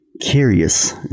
curious